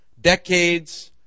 decades